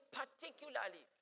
particularly